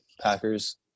Packers